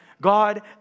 God